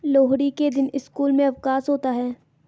लोहड़ी के दिन स्कूल में अवकाश होता है